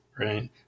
right